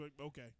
okay